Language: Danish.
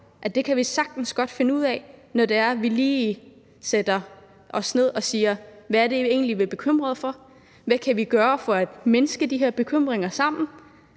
For det tror jeg sagtens vi kan finde ud af, når vi lige sætter os ned og siger: Hvad er det egentlig, vi er bekymrede for? Hvad kan vi sammen gøre for at mindske de her bekymringer?